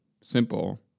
simple